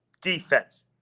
defense